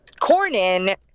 Cornyn